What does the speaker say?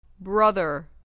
brother